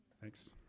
Thanks